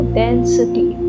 density